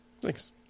Thanks